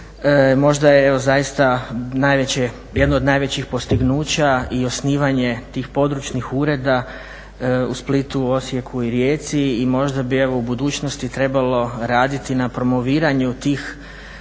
Možda je zaista jedno od najvećih postignuća i osnivanje tih područnih ureda u Splitu, Osijeku i Rijeci i možda bi evo u budućnosti trebalo raditi na promoviranju tih